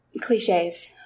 cliches